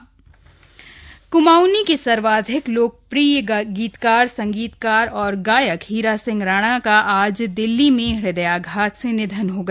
हीरा सिंह राणा कुमाऊंनी के सर्वाधिक लोकप्रिय गीतकार संगीतकार गायक हीरा सिंह राणा का आज दिल्ली में हृदयाघात से निधन हो गया